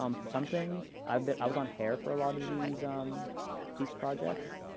um for some things. i but i was on hair for a lot of these um these projects.